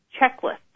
checklist